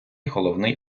головний